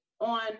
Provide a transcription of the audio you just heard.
on